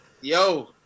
Yo